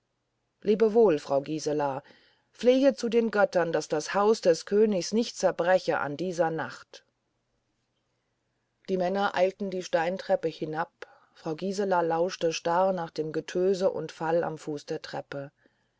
lebe wohl frau gisela flehe zu den göttern daß das haus des königs nicht zerbreche in dieser nacht die männer eilten die steintreppe hinab frau gisela lauschte starr nach dem getöse und fall am fuß der treppe